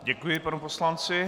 Děkuji panu poslanci.